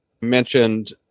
mentioned